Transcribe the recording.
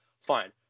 fine